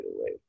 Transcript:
away